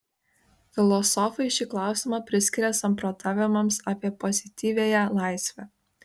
filosofai šį klausimą priskiria samprotavimams apie pozityviąją laisvę